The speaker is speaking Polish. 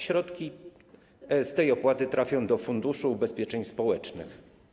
Środki z tej opłaty trafią do Funduszu Ubezpieczeń Społecznych.